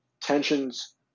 tensions